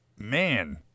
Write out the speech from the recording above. Man